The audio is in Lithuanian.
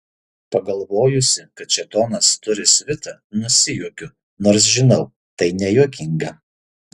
pagalvojusi kad šėtonas turi svitą nusijuokiu nors žinau tai nejuokinga